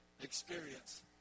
experience